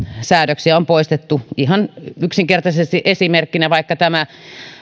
säädöksiä on poistettu ihan yksinkertaisesti esimerkkinä vaikka tämä